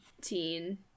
teen